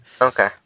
Okay